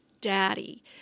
daddy